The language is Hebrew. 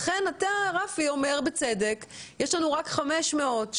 לכן אומר רפי בצדק שיש להם רק 500 מרפאות